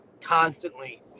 constantly